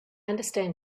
understand